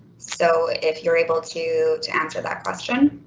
so if you're able to to answer that question.